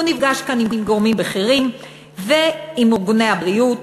הוא נפגש כאן עם גורמים בכירים ועם ארגוני הבריאות.